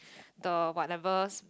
the whatever